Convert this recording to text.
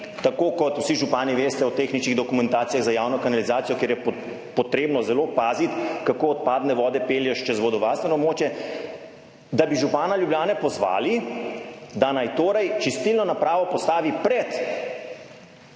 tako kot vsi župani veste o tehničnih dokumentacijah za javno kanalizacijo, kjer je potrebno zelo paziti, kako odpadne vode pelješ čez vodovarstveno območje, da bi župana Ljubljane pozvali, da naj torej čistilno napravo postavi pred